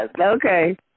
okay